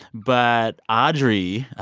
but audrey,